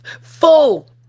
full